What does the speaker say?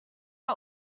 are